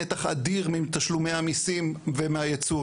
נתח אדיר מתשלומי המיסים ומהיצוא,